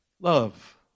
Love